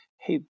hey